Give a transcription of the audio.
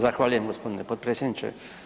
Zahvaljujem gospodine potpredsjedniče.